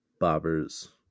bobbers